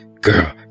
girl